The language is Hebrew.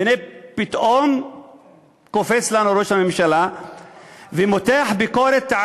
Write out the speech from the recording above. והנה פתאום קופץ לנו ראש הממשלה ומותח ביקורת,